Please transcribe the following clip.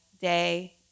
day